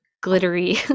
glittery